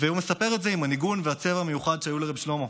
והוא מספר את זה עם הניגון והצבע המיוחד שהיו לרֶבּ שלמה.